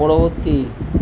পরবর্তী